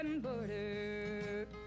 border